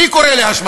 מי קורא להשמדה?